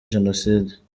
jenoside